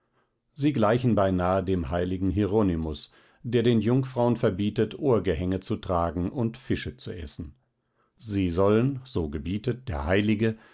sie gleichen beinahe dem heiligen hieronymus der den jungfrauen verbietet ohrgehänge zu tragen und fische zu essen sie sollen so gebietet der heilige